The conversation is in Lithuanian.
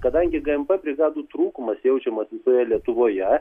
kadangi gmp brigadų trūkumas jaučiamas visoje lietuvoje